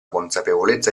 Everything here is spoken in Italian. consapevolezza